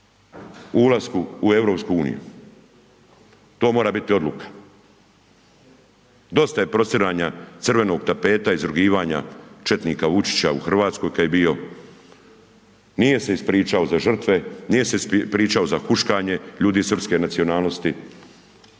u ulasku u EU. To mora biti odluka. Dosta je prostiranja crvenog tapeta, izrugivanja četnička Vučića u Hrvatskoj kada je bio, nije se ispričao za žrtve, nije se ispričao za huškanje ljudi srpske nacionalnosti.